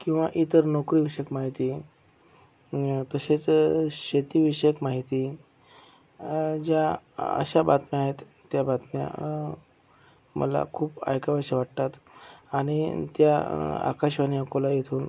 किंवा इतर नोकरीविषयक माहिती तसेच शेतीविषयक माहिती ज्या अशा बातम्या आहेत त्या बातम्या मला खूप ऐकाव्याशा वाटतात आणि त्या आकाशवाणी अकोला येथून